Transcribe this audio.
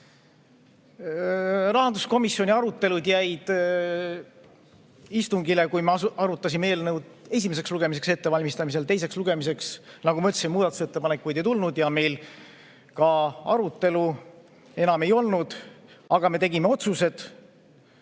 Rahanduskomisjoni arutelud olid istungil, kui me arutasime eelnõu esimeseks lugemiseks ettevalmistamist. Teiseks lugemiseks, nagu ma ütlesin, muudatusettepanekuid ei tulnud ja meil ka arutelu enam ei olnud. Aga me tegime otsuse